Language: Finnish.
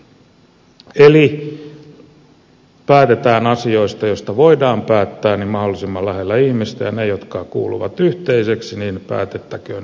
eli päätetään asioista joista voidaan päättää mahdollisimman lähellä ihmistä ja niistä jotka kuuluvat yhteiseksi päätettäköön yhteisesti